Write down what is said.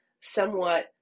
somewhat